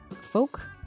folk